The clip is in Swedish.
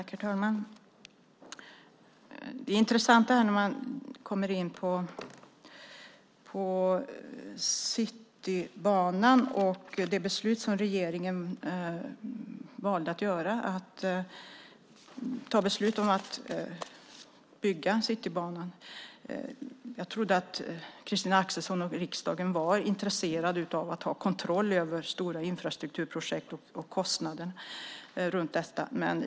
Herr talman! Det är intressant när man kommer in på Citybanan och det beslut som regeringen valde att ta, beslutet att bygga Citybanan. Jag trodde att Christina Axelsson och riksdagen var intresserad av att ha kontroll över stora infrastrukturprojekt och kostnaden runt dessa.